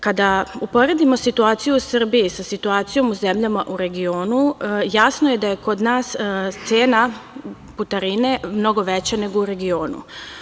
Kada uporedimo situaciju u Srbiji sa situacijom u zemljama u regionu, jasno je da je kod nas cena putarine mnogo veća nego u regionu.